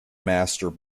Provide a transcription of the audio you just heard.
master